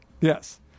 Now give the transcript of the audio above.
Yes